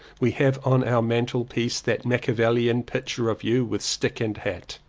we have on our mantel piece that machiavellian picture of you with stick and hat.